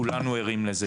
כולנו ערים לזה